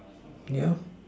yeah